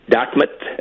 Dartmouth